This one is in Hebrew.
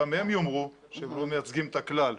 גם הם יאמרו שהם לא מייצגים את הכלל,